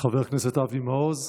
חבר כנסת אבי מעוז,